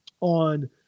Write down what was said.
on